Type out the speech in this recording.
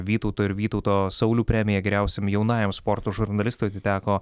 vytauto ir vytauto saulių premija geriausiam jaunajam sporto žurnalistui atiteko